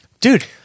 Dude